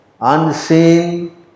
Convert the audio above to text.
unseen